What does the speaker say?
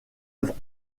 œuvre